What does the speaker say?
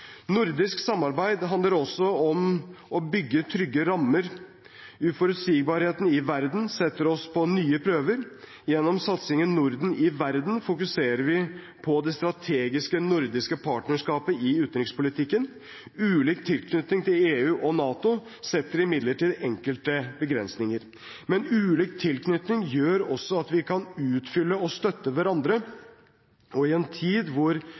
Nordisk samarbeid handler også om å bygge trygge rammer. Uforutsigbarheten i verden setter oss på nye prøver. Gjennom satsingen på Norden i verden fokuserer vi på det strategiske nordiske partnerskapet i utenrikspolitikken. Ulik tilknytning til EU og NATO setter imidlertid enkelte begrensninger. Men ulik tilknytning gjør også at vi kan utfylle og støtte hverandre. Og i en tid